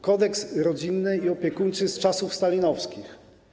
Kodeks rodzinny i opiekuńczy jest z czasów stalinowskich.